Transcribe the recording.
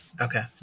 Okay